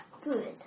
good